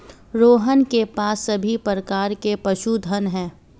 रोहन के पास सभी प्रकार के पशुधन है